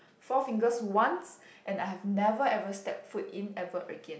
Four-Fingers once and I have never ever step foot in ever again